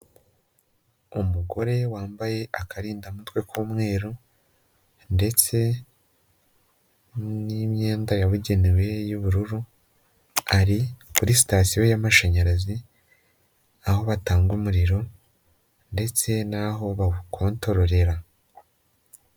Umugore wambaye akarindamutwe k'umweru ndetse n'imyenda yabugenewe y'ubururu, ari kuri sitasiyo y'amashanyarazi, aho batanga umuriro ndetse n'aho bawukontororera.